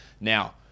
now